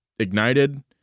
Ignited